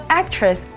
actress